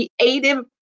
creative